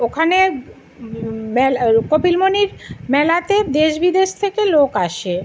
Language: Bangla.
ওখানে মেল কপিলমুনির মেলাতে দেশ বিদেশ থেকে লোক আসে